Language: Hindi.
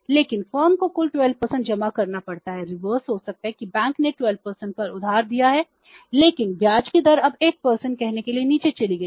लेकिन फर्म को कुल 12 जमा करना पड़ता है रिवर्स हो सकता है कि बैंक ने 12 पर उधार दिया है लेकिन ब्याज की दर अब 8 कहने के लिए नीचे चली गई है